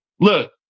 look